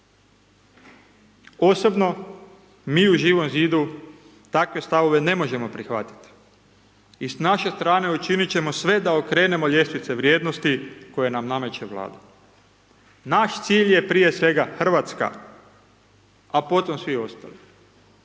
Osobno, mi u Živom zidu takve stavove ne možemo prihvatiti i s naše strane učinit ćemo sve da okrenemo ljestvice vrijednosti koje nam nameće Vlada. Naš cilj je prije svega Hrvatska, a potom svi ostali.